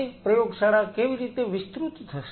તે પ્રયોગશાળા કેવી રીતે વિસ્તૃત થશે